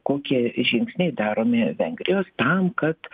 kokie žingsniai daromi vengrijos tam kad